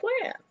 plan